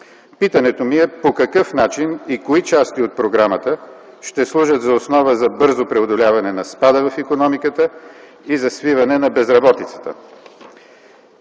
Питането ми е по какъв начин и кои части от програмата ще служат за основа за бързо преодоляване на спада в икономиката и за свиване на безработицата?